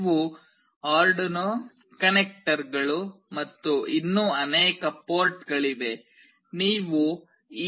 ಇವು ಆರ್ಡುನೊ ಕನೆಕ್ಟರ್ಗಳು ಮತ್ತು ಇನ್ನೂ ಅನೇಕ ಪೋರ್ಟ್ ಗಳಿವೆ